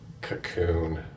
cocoon